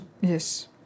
Yes